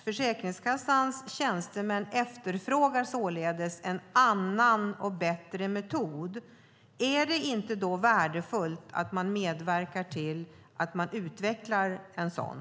Försäkringskassans tjänstemän efterfrågar således en annan och bättre metod. Är det då inte värdefullt att man medverkar till att utveckla en sådan?